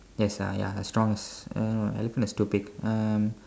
yes ah ya as strong as uh no elephant is stupid um